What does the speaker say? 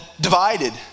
divided